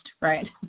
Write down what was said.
right